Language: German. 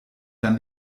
dann